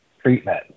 treatment